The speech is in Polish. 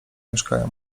mieszkają